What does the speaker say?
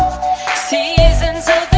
seasons